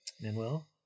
Manuel